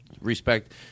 respect